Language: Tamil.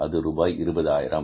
அது ரூபாய் 20000